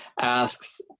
asks